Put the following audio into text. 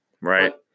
right